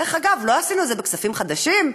דרך אגב, לא עשינו את זה בכספים חדשים,